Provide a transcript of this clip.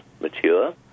mature